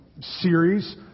series